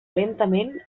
lentament